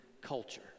culture